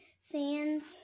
fans